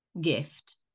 Gift